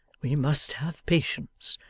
we must have patience.